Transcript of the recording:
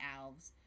Alves